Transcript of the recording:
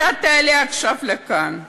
אתה תעלה עכשיו לכאן ותגיד,